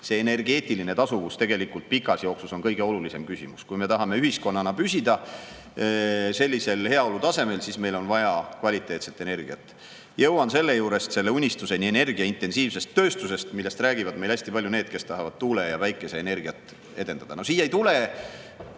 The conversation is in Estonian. see energeetiline tasuvus tegelikult pikas jooksus on kõige olulisem küsimus. Kui me tahame ühiskonnana püsida sellisel heaolutasemel, siis meil on vaja kvaliteetset energiat. Jõuan selle juurest selle unistuseni energiaintensiivsest tööstusest, millest räägivad meile hästi palju need, kes tahavad tuule‑ ja päikeseenergiat edendada. No siia ei tule